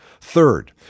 Third